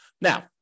now